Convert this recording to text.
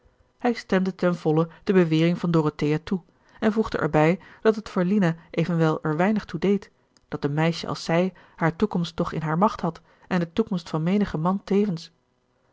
hij stemde ten volle de bewering van dorothea toe en voegde er bij dat het voor lina evenwel er weinig toe deed dat een meisje als zij hare toekomst toch in hare macht had en de toekomst van menigen man tevens